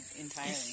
entirely